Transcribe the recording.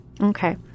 okay